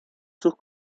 sus